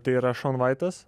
tai yra šon vaitas